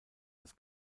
des